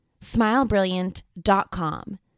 smilebrilliant.com